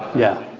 yeah.